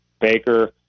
Baker